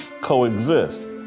coexist